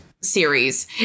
series